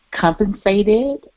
compensated